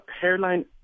hairline